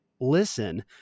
listen